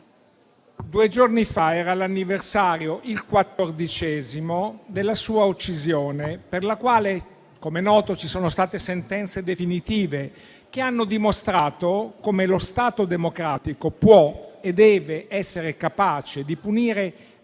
Due giorni fa era l'anniversario - il quattordicesimo - della sua uccisione, per la quale - come è noto - ci sono state sentenze definitive che hanno dimostrato come lo Stato democratico può e deve essere capace di punire